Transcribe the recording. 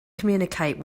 communicate